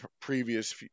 previous